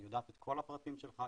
יודעת את כל הפרטים שלך,